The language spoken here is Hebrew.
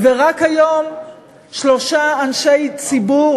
ורק היום שלושה אנשי ציבור,